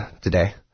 today